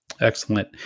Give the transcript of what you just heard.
Excellent